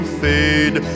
fade